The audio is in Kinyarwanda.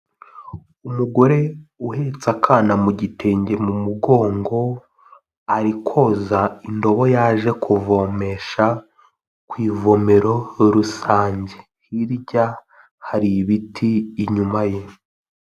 Umugore uhetse akana mu gitenge mu mugongo, ari koza indobo yaje kuvomesha ku ivomero rusange, hirya hari ibiti inyuma ye.